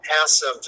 passive